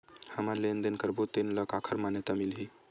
हमन लेन देन करबो त तेन ल काखर मान्यता मिलही?